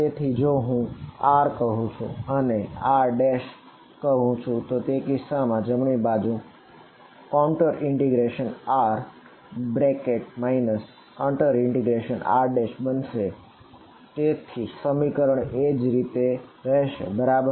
તેથી જો હું આ ને કહું અને આને Γ કહું તો તે કિસ્સામાં જમણી બાજુ ∮ ∮Γ બનશે અને સમીકરણ તેજ રીતે રહેશે બરાબર